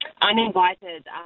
Uninvited